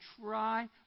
try